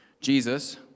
Jesus